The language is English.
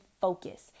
focus